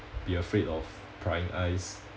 be afraid of prying eyes